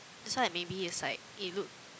that's why maybe is like it look